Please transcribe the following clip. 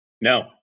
no